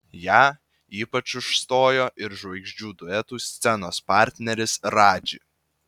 ją ypač užstojo ir žvaigždžių duetų scenos partneris radži